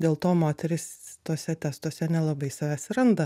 dėl to moterys tuose testuose nelabai savęs ir randa